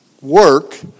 work